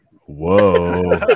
Whoa